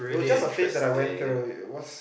it was just a phase that I went through it was